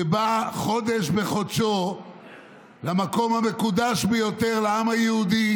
שבאה חודש בחודשו למקום המקודש ביותר לעם היהודי,